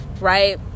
Right